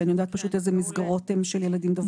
כי אני יודעת פשוט איזה מסגרות הן של ילדים דוברי ערבית.